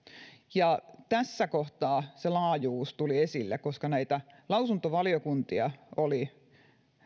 tässä kohtaa se laajuus tuli esille koska lausuntovaliokuntia oli